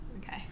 okay